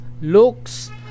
looks